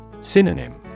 Synonym